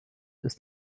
ist